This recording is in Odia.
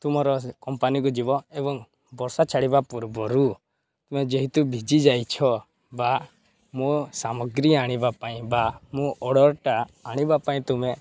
ତୁମର କମ୍ପାନୀକୁ ଯିବ ଏବଂ ବର୍ଷା ଛାଡ଼ିବା ପୂର୍ବରୁ ତୁମେ ଯେହେତୁ ଭିଜି ଯାଇଛ ବା ମୋ ସାମଗ୍ରୀ ଆଣିବା ପାଇଁ ବା ମୋ ଅର୍ଡ଼ର୍ଟା ଆଣିବା ପାଇଁ ତୁମେ